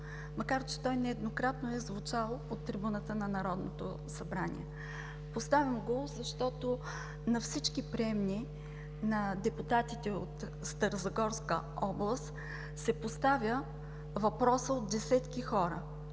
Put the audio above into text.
макар че той нееднократно е звучал от трибуната на Народното събрание. Поставям го, защото на всички приемни на депутатите от Старозагорска област се поставя въпросът от десетки хора